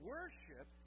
Worship